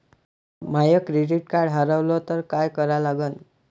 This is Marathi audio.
माय क्रेडिट कार्ड हारवलं तर काय करा लागन?